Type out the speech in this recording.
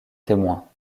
témoins